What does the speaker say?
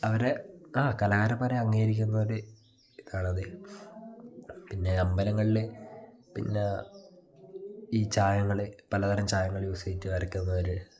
അവരെ ആ കലാകാരന്മാരെ അംഗീകരിക്കുന്നവർ ഇതാണത് പിന്നെ അമ്പലങ്ങളിൽ പിന്നെ ഈ ചായങ്ങൾ പലതരം ചായങ്ങൾ യൂസ് ചെയ്തിട്ട് വരയ്ക്കുന്നവർ